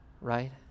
Right